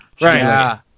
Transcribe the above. Right